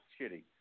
Shitty